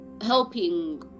helping